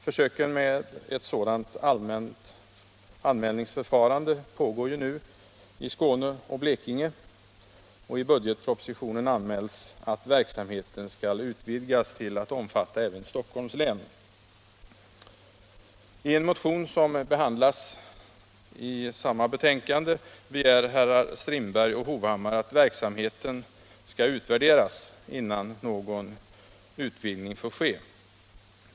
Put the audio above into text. Försöken med ett sådant allmänt anmälningsförfarande pågår nu i Skåne och Blekinge. Och i budgetpropositionen anmäls att verksamheten skall utvidgas till att omfatta även Stockholms län. I en motion som behandlas i det aktuella betänkandet begär herr Strindberg och herr Hovhammar att verksamheten skall utvärderas innan någon utvidgning får ske.